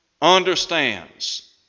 understands